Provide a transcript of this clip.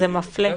זה מפלה.